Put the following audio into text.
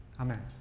amen